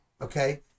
okay